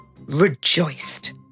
rejoiced